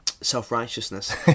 self-righteousness